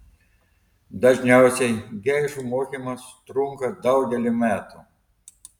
dažniausiai geišų mokymas trunka daugelį metų